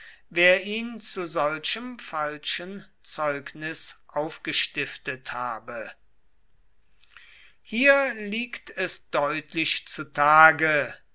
wer ihn zu solchem falschen zeugnis aufgestiftet habe hier liegt es deutlich zu tage